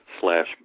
slash